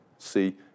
See